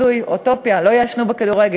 אולי זה נשמע הזוי, אוטופי, לא יעשנו בכדורגל.